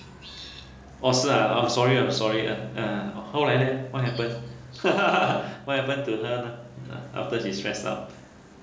orh 是啊 I'm sorry I'm sorry uh uh 后来 leh what happen what happened to her after she stressed out